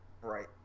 Right